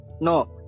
no